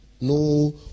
No